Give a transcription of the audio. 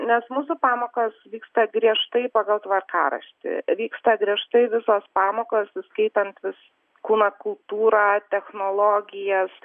nes mūsų pamokos vyksta griežtai pagal tvarkaraštį vyksta griežtai visos pamokos įskaitant vis kūno kultūrą technologijas